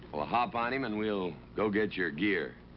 well, hop on him, and we'll go get your gear.